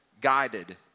guided